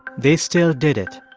they still did it,